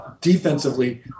Defensively